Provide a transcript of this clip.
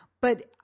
but-